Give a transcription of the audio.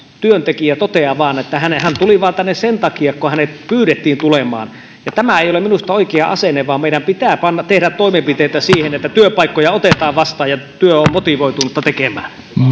työntekijä toteaa vain että hän tuli tänne vain sen takia kun hänet pyydettiin tulemaan tämä ei ole minusta oikea asenne vaan meidän pitää tehdä toimenpiteitä siihen että työpaikkoja otetaan vastaan ja työtä ollaan motivoituneita tekemään